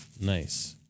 Nice